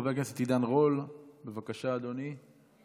חבר הכנסת עידן רול, בבקשה, אדוני.